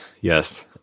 Yes